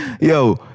Yo